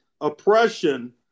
oppression